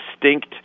distinct